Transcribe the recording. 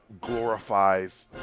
glorifies